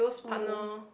oh